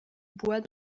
bois